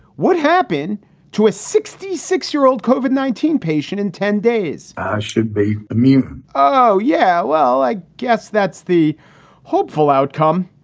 what happened to a sixty six year old covid nineteen patient in ten days should be immune? oh, yeah. well, i guess that's the hopeful outcome.